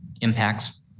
impacts